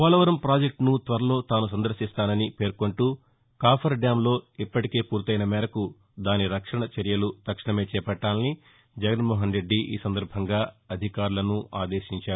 పోలవరం పాజెక్టును త్వరలో తాను సందర్భిస్తానని పేర్కొంటూ కాఫర్ డ్యాంలో ఇప్పటికే పూర్తయిన మేరకు దాని రక్షణ చర్యలు తక్షణమే చేపట్టాలని జగన్మోహన్రెద్ది ఈ సందర్భంగా అధికారులను ఆదేశించారు